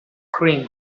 cream